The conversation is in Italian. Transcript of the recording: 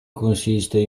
consiste